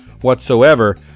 whatsoever